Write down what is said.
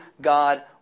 God